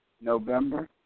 November